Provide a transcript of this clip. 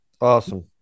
Awesome